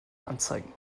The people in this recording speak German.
anzeigen